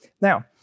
Now